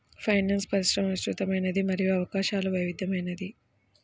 finance పరిశ్రమ విస్తృతమైనది మరియు అవకాశాలు వైవిధ్యమైనవి